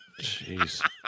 Jeez